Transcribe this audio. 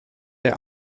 der